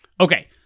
Okay